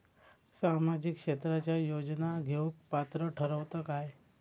सामाजिक क्षेत्राच्या योजना घेवुक पात्र ठरतव काय?